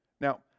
Now